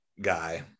guy